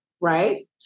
right